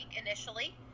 initially